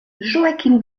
joachim